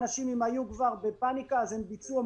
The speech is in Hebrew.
אם אנשים היו כבר בפניקה הם ביצעו,